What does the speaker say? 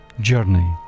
journey